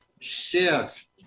shift